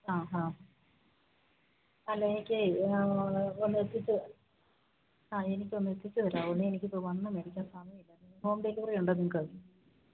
ആ ഹാ അല്ല എനിക്ക് ഒന്നെത്തിച്ചു ആ എനിക്കൊന്ന് എത്തിച്ച് തരുമോന്നെ എനിക്കിപ്പം വന്ന് മേടിക്കാന് സമയമില്ല ഹോം ഡെലിവറി ഉണ്ടോ നിങ്ങൾക്ക്